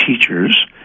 teachers